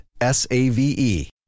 S-A-V-E